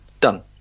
Done